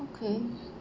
okay